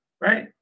right